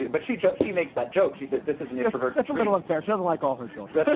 but she just she makes that joke, she says. this is an introvert. that's real unfair. she doesn't like all her children.